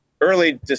early